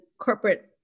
corporate